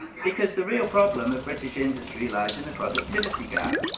because the real problem of british industry lies in the productivity gap,